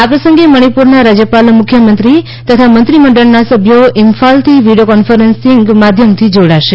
આ પ્રસંગે મણિપુરના રાજ્યપાલ મુખ્યમંત્રી તથા મંત્રીમંડળના સભ્યો ઇમ્ફાલથી વીડિયો કોન્ફરન્સિંગ માધ્યમથી જોડાશે